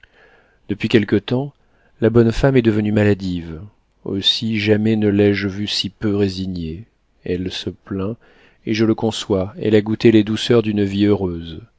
depuis quelque temps la bonne femme est devenue maladive aussi jamais ne l'ai-je vue si peu résignée elle se plaint et je le conçois elle a goûté les douceurs d'une vie heureuse